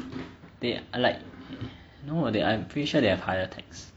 they are like no they I'm pretty sure they have higher tax